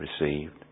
received